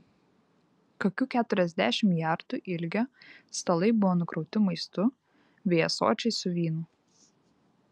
kokių keturiasdešimt jardų ilgio stalai buvo nukrauti maistu bei ąsočiais su vynu